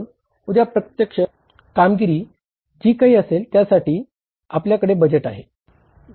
म्हणून उद्या प्रत्यक्ष कामगिरी जी काही असेल त्यासाठी आपल्याकडे बजेट आहे